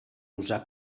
usar